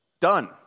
done